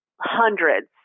Hundreds